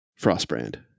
frostbrand